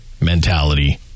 mentality